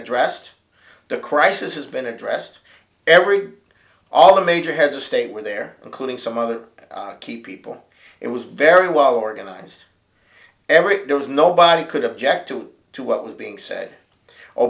addressed the crisis has been addressed every all the major heads of state were there including some other key people it was very well organized every day was nobody could object to to what was being said o